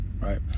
Right